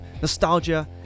nostalgia